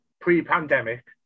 pre-pandemic